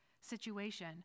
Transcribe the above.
situation